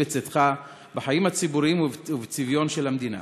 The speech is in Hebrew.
בצאתך" בחיים הציבוריים ובצביון של המדינה.